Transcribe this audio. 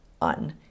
on